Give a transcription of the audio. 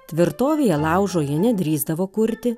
tvirtovėje laužo jie nedrįsdavo kurti